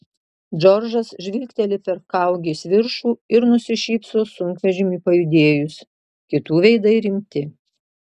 džordžas žvilgteli per kaugės viršų ir nusišypso sunkvežimiui pajudėjus kitų veidai rimti